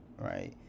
right